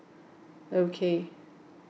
okay